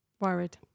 worried